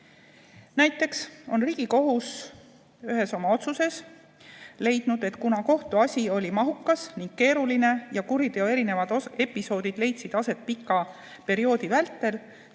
Näiteks on Riigikohus ühes oma otsuses leidnud, et kuna kohtuasi oli mahukas ja keeruline ning kuriteo episoodid leidsid aset pika perioodi vältel,